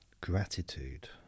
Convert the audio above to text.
gratitude